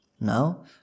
Now